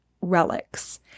relics